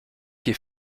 est